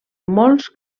molts